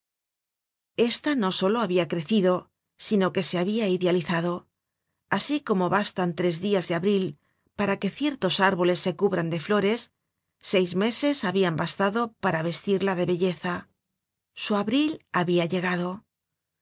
esta no solo habia crecido sino que se habia idealizado asi como bastan tres dias de abril para que ciertos árboles se cubran de flores seis meses habian bastado para vestirla de belleza su abril habia llegado